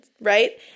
right